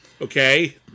Okay